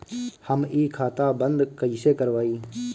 हम इ खाता बंद कइसे करवाई?